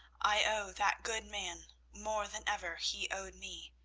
i owe that good man more than ever he owed me.